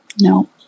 no